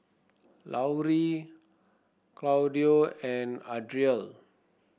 Laurie Claudio and Adriel